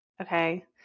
Okay